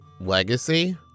legacy